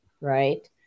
right